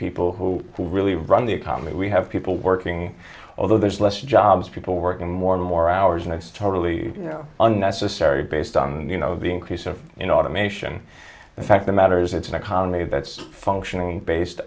people who who really run the economy we have people working although there's less jobs people working more more hours and i was totally unnecessary based on you know the increase of in automation the fact the matter is it's an economy that's functioning based